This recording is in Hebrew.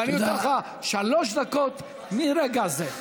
אבל אני נותן לך שלוש דקות מרגע זה.